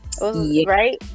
right